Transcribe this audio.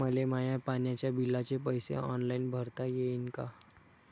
मले माया पाण्याच्या बिलाचे पैसे ऑनलाईन भरता येईन का?